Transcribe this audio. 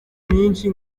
nyinshi